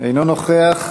אינו נוכח.